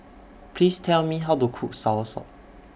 Please Tell Me How to Cook Soursop